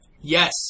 Yes